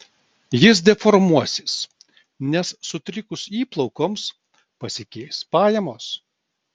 jis deformuosis nes sutrikus įplaukoms pasikeis pajamos